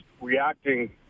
reacting